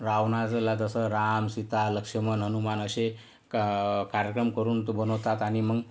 रावण झाला तसं राम सीता लक्ष्मण हनुमान असे कार्यक्रम करून तो बनवतात आणि मग